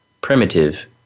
primitive